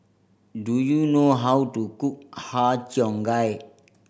do you know how to cook Har Cheong Gai